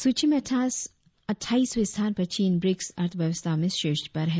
सूची में अट्ठाईसवें स्थान पर चीन ब्रिक्स अर्थव्यवस्थाओं में शीर्ष पर है